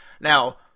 Now